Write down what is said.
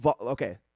Okay